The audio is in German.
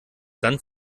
dann